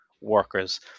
workers